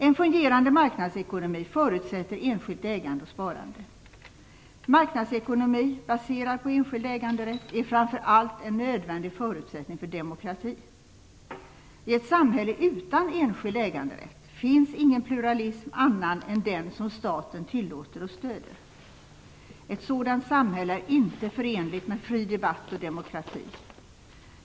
En fungerande marknadsekonomi förutsätter enskilt ägande och sparande. Marknadsekonomi baserad på enskild äganderätt är framför allt en nödvändig förutsättning för demokrati. I ett samhälle utan enskild äganderätt finns ingen pluralism annan än den som staten tillåter och stöder. Ett sådant samhälle är inte förenligt med fri debatt och demokrati.